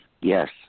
yes